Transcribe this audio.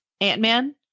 Ant-Man